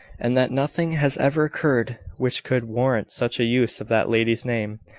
and that nothing has ever occurred which could warrant such a use of that lady's name.